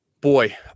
Boy